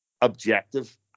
objective